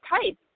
type